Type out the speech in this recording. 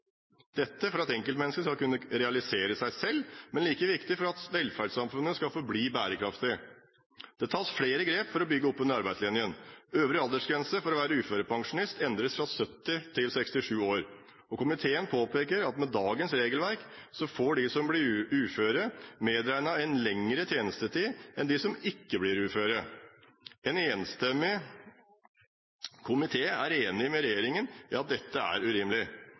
dette for at enkeltmennesket skal kunne realisere seg selv, men like viktig for at velferdssamfunnet skal forbli bærekraftig. Det tas flere grep for å bygge opp under arbeidslinjen. Øvre aldersgrense for å være uførepensjonist endres fra 70 til 67 år. Komiteen påpeker at med dagens regelverk får de som blir uføre, medregnet en lengre tjenestetid enn dem som ikke blir uføre. En enstemmig komité er enig med regjeringen i at dette er urimelig.